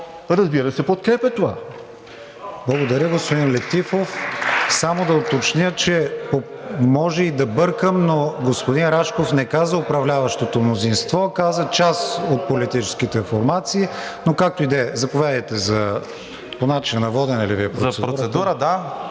разбира се, подкрепят това.